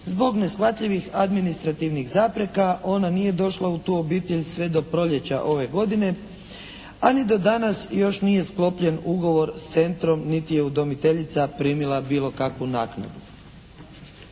zbog neshvatljivih administrativnih zapreka ona nije došla u tu obitelj sve do proljeća ove godine, a ni do danas još nije sklopljen ugovor s centrom niti je udomiteljica primila bilo kakvu naknadu.